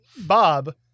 Bob